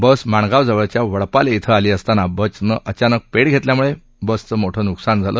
बस माणगावजवळच्या वडपाले इथं आली असताना बसनं अचानक पेठघेतल्यानं बसचं मोठं नुकसान झालं